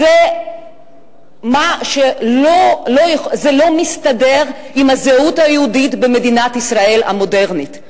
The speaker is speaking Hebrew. זה לא מסתדר עם הזהות היהודית במדינת ישראל המודרנית.